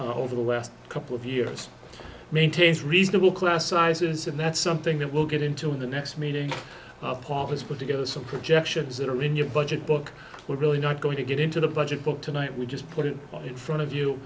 of over the last couple of years maintains reasonable class sizes and that's something that we'll get into in the next meeting paul has put together some projections that are in your budget book we're really not going to get into the budget book tonight we just put it in front of you